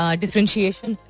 differentiation